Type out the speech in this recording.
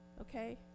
Okay